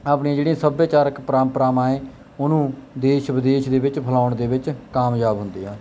ਆਪਣੀਆਂ ਜਿਹੜੀਆਂ ਸੱਭਿਆਚਾਰਕ ਪਰੰਪਰਾਵਾਂ ਹੈ ਉਹਨੂੰ ਦੇਸ਼ ਵਿਦੇਸ਼ ਦੇ ਵਿੱਚ ਫੈਲਾਉਣ ਦੇ ਵਿੱਚ ਕਾਮਯਾਬ ਹੁੰਦੇ ਆ